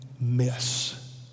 miss